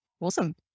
Awesome